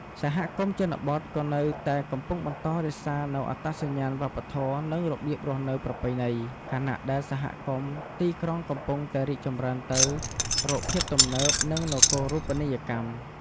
សហគមន៍ជនបទក៏នៅតែកំពុងបន្តរក្សានូវអត្តសញ្ញាណវប្បធម៌ និងរបៀបរស់នៅប្រពៃណី ខណៈដែលសហគមន៍ទីក្រុងកំពុងតែរីកចម្រើនទៅរកភាពទំនើប និងនគរូបនីយកម្ម។